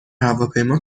هواپیما